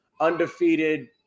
undefeated